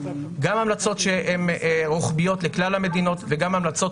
גם המלצות שהן רוחביות לכלל המדינות וגם המלצות